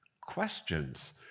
questions